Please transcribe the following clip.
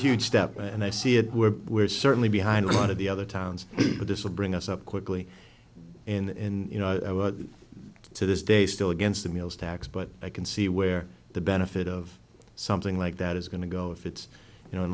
huge step and i see it we're we're certainly behind a lot of the other towns but this will bring us up quickly in to this day still against the meals tax but i can see where the benefit of something like that is going to go if it's you know